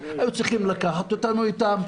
היו צריכים לקחת אותנו איתם,